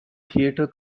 theatre